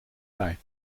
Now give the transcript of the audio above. bij